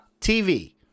TV